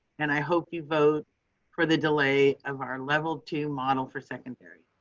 and i hope you vote for the delay of our level two model for secondary.